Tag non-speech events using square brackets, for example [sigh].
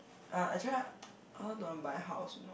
uh actually [noise] I also don't want buy house you know